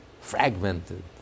fragmented